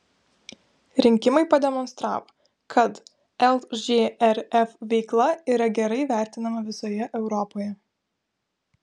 rinkimai pademonstravo kad lžrf veikla yra gerai vertinama visoje europoje